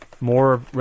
More